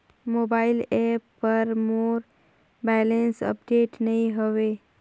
mobile app पर मोर balance update नई हवे